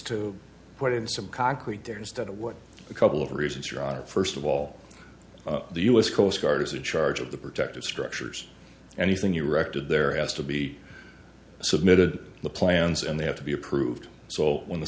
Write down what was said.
to put in some concrete there instead of what a couple of reasons your honor first of all the u s coast guard is in charge of the protective structures anything you record there has to be submitted plans and they have to be approved so when the